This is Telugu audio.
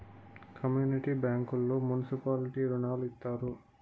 కమ్యూనిటీ బ్యాంకుల్లో మున్సిపాలిటీ రుణాలు ఇత్తారు